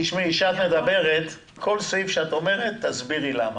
כשאת מדברת, כל סעיף שאת אומרת, תסבירי למה.